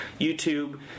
YouTube